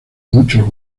muchos